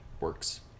works